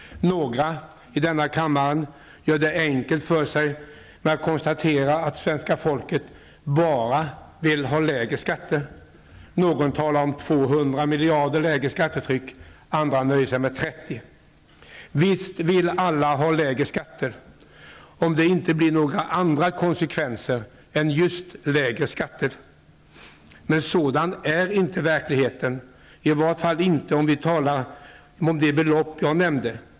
Några i denna kammare gör det enkelt för sig genom att konstatera att svenska folket bara vill ha lägre skatter. Någon talar om 200 miljarder lägre skattetryck, medan andra nöjer sig med 30. Visst vill alla ha lägre skatter, om det inte blir några andra konsekvenser än just lägre skatter. Men sådan är inte verkligheten, i vart fall inte när det gäller de belopp som jag nämnde.